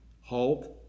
halt